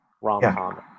rom-com